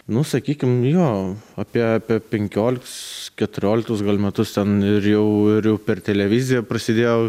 nu sakykim jo apie apie penkioliktus keturioliktus gal metus ten ir jau ir jau per televiziją prasidėjo